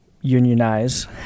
unionize